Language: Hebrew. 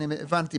הבנתי,